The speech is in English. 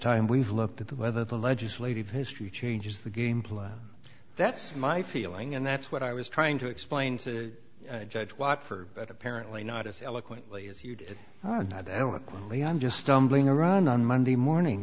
time we've looked at the whether the legislative history changes the gameplay that's my feeling and that's what i was trying to explain to the judge watt for but apparently not as eloquently as you did and i don't really i'm just stumbling around on monday morning